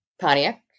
Pontiac